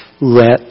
let